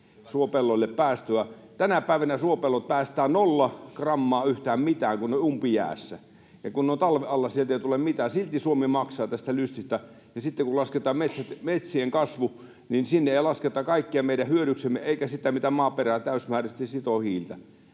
suopelloille päästöjä. Tänä päivänä suopellot päästävät nolla grammaa yhtään mitään, kun ne ovat umpijäässä, ja kun ne ovat talven alla, sieltä ei tule mitään. Silti Suomi maksaa tästä lystistä. Sitten kun lasketaan metsien kasvu, niin sinne ei lasketa kaikkia meidän hyödyksemme eikä sitä, mitä maaperä täysimääräisesti sitoo hiiltä.